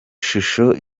shusho